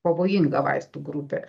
pavojinga vaistų grupė